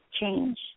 change